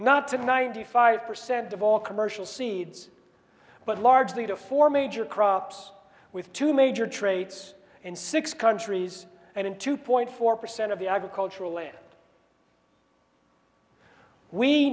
not to ninety five percent of all commercial seeds but largely to four major crops with two major traits and six countries and in two point four percent of the agricultural land we